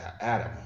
Adam